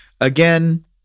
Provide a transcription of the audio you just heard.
Again